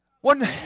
One